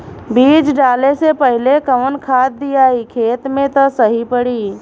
बीज डाले से पहिले कवन खाद्य दियायी खेत में त सही पड़ी?